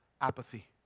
Apathy